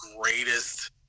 greatest